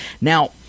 Now